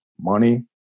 money